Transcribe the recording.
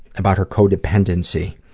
about her co-dependency.